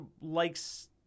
likes